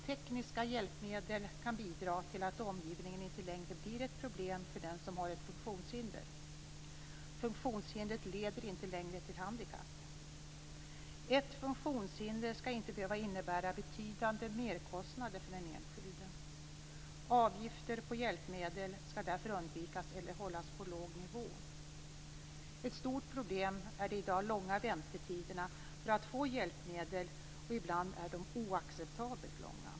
Tekniska hjälpmedel kan bidra till att omgivningen inte längre blir ett problem för den som har ett funktionshinder. Funktionshindret leder inte längre till handikapp. Ett funktionshinder skall inte behöva innebära betydande merkostnader för den enskilde. Avgifter på hjälpmedel skall därför undvikas eller hållas på låg nivå. Ett stort problem är de i dag långa väntetiderna för att få ett hjälpmedel. Ibland är de oacceptabelt långa.